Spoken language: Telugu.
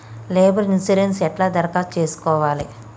లేబర్ ఇన్సూరెన్సు ఎట్ల దరఖాస్తు చేసుకోవాలే?